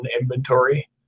inventory